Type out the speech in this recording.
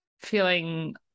feeling